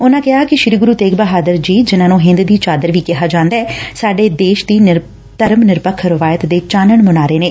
ਉਨੂਾ ਕਿਹਾ ਕਿ ਸ੍ਰੀ ਗੁਰੁ ਤੇਗ ਬਹਾਦਰ ਜੀ ਜਿਨੂਾ ਨੂੰ ਹਿੰਦ ਦੀ ਚਾਦਰ ਵੀ ਕਿਹਾ ਜਾਂਦੈ ਸਾਡੇ ਦੇਸ਼ ਦੀ ਧਰਮ ਨਿਰਪੱਖ ਰਿਵਾਇਤ ਦੇ ਚਾਨਣ ਮੁਨਾਰੇ ਨੇ